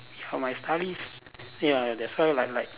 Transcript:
uh my studies ya that's why like like